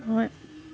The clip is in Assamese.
হয়